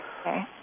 Okay